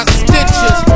stitches